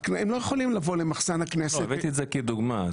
הם לא יכולים לבוא למחסן הכנסת --- הבאתי את זה כדוגמה.